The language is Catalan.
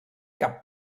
cap